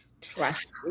trust